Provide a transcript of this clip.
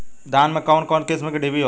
धान में कउन कउन किस्म के डिभी होला?